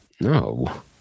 no